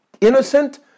innocent